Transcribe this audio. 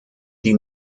die